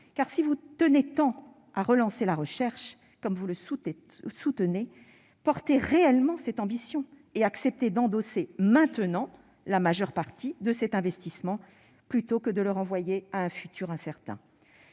Si vous tenez tant à relancer la recherche, comme vous le soutenez, portez réellement cette ambition et acceptez d'endosser maintenant la majeure partie de cet investissement, plutôt que de le renvoyer à un futur incertain